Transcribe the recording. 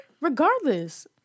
Regardless